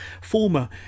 former